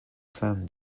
clam